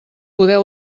poder